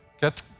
get